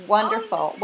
Wonderful